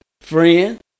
Friend